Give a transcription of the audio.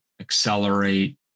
accelerate